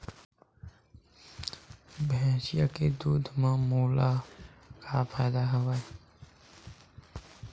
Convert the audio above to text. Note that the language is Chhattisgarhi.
भैंसिया के दूध म मोला का फ़ायदा हवय?